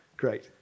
Great